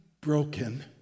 broken